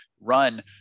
run